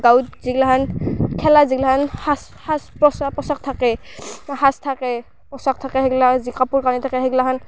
গাঁৱত যিগিলাখান খেলাৰ যিগিলাখান সাজ সাজ পছা পোছাক থাকে সাজ থাকে পোছাক থাকে সেগলা যি কাপোৰ কানি থাকে সেগলাখান